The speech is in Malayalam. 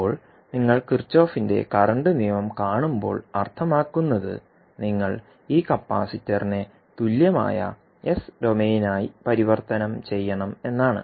ഇപ്പോൾ നിങ്ങൾ കിർചോഫിന്റെ കറന്റ് നിയമം കാണുമ്പോൾ അർത്ഥമാക്കുന്നത് നിങ്ങൾ ഈ കപ്പാസിറ്ററിനെ തുല്യമായ എസ് ഡൊമെയ്നായി പരിവർത്തനം ചെയ്യണം എന്നാണ്